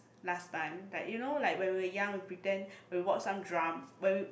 last time but you know like when we were young we pretend we will watch some drama when we